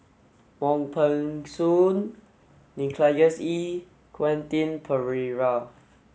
Wong Peng Soon Nicholas Ee and Quentin Pereira